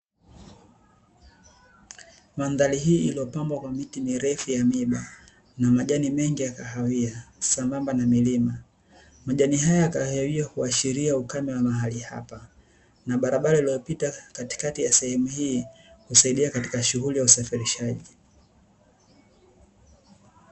Mandhari hii iliyopambwa kwa miti mirefu ya miiba na majani mengi ya kahawia, sambamba na milima. Majani haya ya kahawia huashiria ukame wa mahali hapa na barabara iliyopita katikati ya sehemu hii husaidia katika shughuli ya usafirishaji.